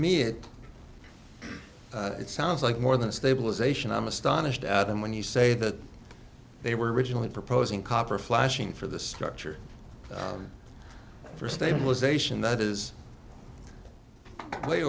me it sounds like more than stabilization i'm astonished at them when you say that they were originally proposing copper flashing for the structure for stabilization that is way